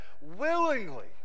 willingly